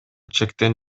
чектен